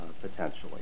potentially